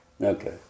Okay